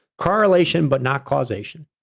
correlation, but not causation.